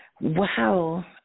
Wow